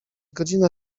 godzina